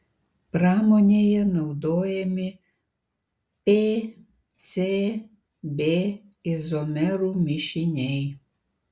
pramonėje naudojami pcb izomerų mišiniai